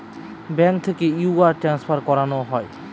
bank থেকে wire transfer করানো হয়